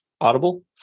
Audible